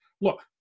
Look